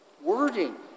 wording